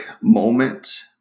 moment